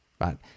right